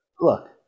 look